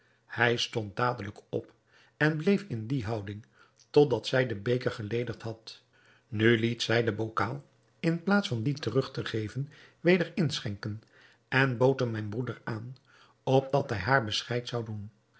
hij stond dadelijk op en bleef in die houding tot dat zij den beker geledigd had nu liet zij den bokaal in plaats van dien terug te geven weder inschenken en bood hem mijn broeder aan opdat hij haar bescheid zou doen